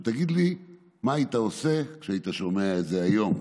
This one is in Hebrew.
ותגיד לי מה היית עושה כשהיית שומע את זה היום,